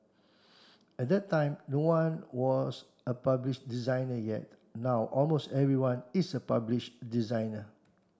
at that time no one was a published designer yet now almost everyone is a publish designer